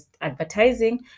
advertising